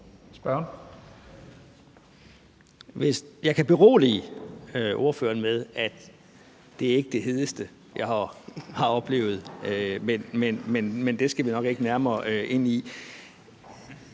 Jeg kan berolige ordføreren med, at det ikke er det hedeste, jeg har oplevet, men det skal vi nok ikke nærmere ind i.